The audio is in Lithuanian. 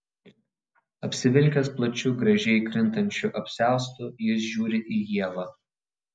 apsivilkęs plačiu gražiai krintančiu apsiaustu jis žiūri į ievą